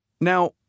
Now